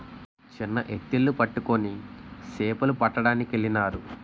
చిన్న ఎత్తిళ్లు పట్టుకొని సేపలు పట్టడానికెళ్ళినారు